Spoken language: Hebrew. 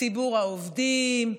ציבור העובדים,